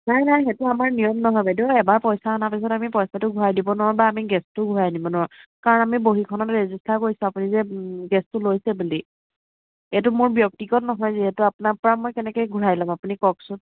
নাই নাই সেইটো আমাৰ নিয়ম নহয় বাইদেউ এবাৰ পইচা অনাৰ পিছত আমি পইচাটো ঘূৰাই দিব নোৱাৰো বা আমি গেছটো ঘূৰাই আনিব নোৱাৰো কাৰণ আমি বহীখনত ৰেজিষ্টাৰ কৰিছোঁ আপুনি যে গেছটো লৈছে বুলি এইটো মোৰ ব্যক্তিগত নহয় যিহেতু আপোনাৰ পৰা মই কেনেকে ঘূৰাই ল'ম আপুনি কওকচোন